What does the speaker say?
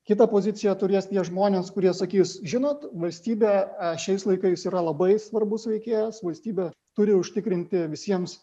kitą poziciją turės tie žmonės kurie sakys žinot valstybė šiais laikais yra labai svarbus veikėjas valstybė turi užtikrinti visiems